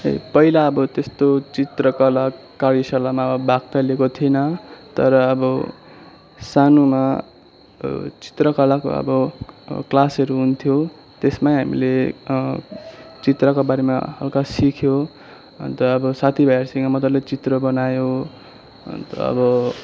पहिला अब त्यस्तो चित्रकला कार्यशालामा अब भाग त लिएको थिइन तर अब सानोमा चित्रकलाको अब क्लासहरू हुन्थ्यो त्यसमै हामीले चित्रको बारेमा हल्का सिक्यो अन्त अब साथी भाइहरूसँग मजाले चित्र बनायो अन्त अब